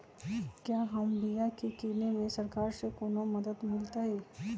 क्या हम बिया की किने में सरकार से कोनो मदद मिलतई?